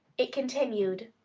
it continued.